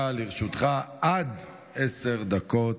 בבקשה, לרשותך עד עשר דקות.